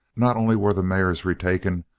not only were the mares retaken,